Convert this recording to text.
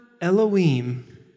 Elohim